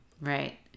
Right